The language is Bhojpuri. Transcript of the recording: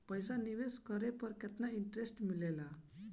पईसा निवेश करे पर केतना इंटरेस्ट मिलेला?